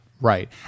Right